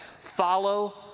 Follow